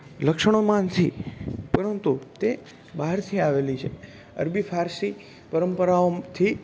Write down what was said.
લક્ષણોમાં નથી પરંતુ તે બહારથી આવેલી છે અરબી ફારસી પરંપરાઓથી